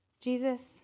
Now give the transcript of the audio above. Jesus